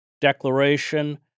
Declaration